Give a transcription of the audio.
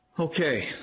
Okay